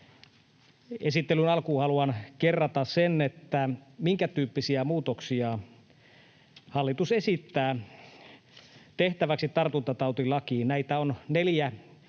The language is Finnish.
Esittelyn alkuun haluan kerrata sen, minkätyyppisiä muutoksia hallitus esittää tehtäväksi tartuntatautilakiin. Näitä on neljä kokonaisuutta.